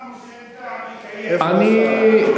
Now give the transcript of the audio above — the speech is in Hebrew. מההתחלה אמרנו שאין טעם לקיים את הדיון.